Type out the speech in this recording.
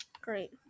Great